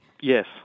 Yes